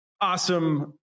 awesome